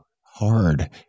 hard